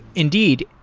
indeed.